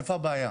איפה הבעיה?